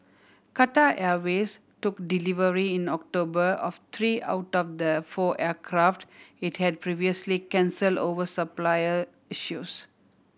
Qatar Airways took delivery in October of three out of the four aircraft it had previously cancelled over supplier issues